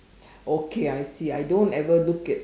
okay I see I don't ever look at